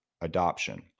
adoption